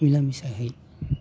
मिला मिसाहै